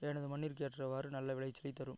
எனது மண்ணிற்கு ஏற்றவாறு நல்ல விளைச்சலை தரும்